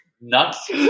nuts